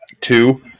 two